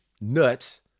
nuts